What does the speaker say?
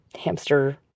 hamster